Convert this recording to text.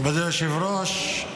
מכובדי היושב-ראש,